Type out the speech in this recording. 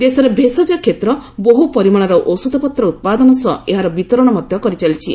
ଦେଶର ଭେଷଜ କ୍ଷେତ୍ର ବହୁ ପରିମାଣର ଔଷଧପତ୍ର ଉତ୍ପାଦନ ସହ ଏହାର ବିତରଣ ମଧ୍ୟ କରିଚାଲିଛି